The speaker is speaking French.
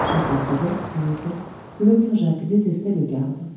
chacun savait en effet que le père jacques détestait le garde